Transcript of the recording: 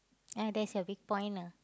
ya that's your weak point ah